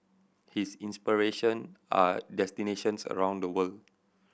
his inspiration are destinations around the world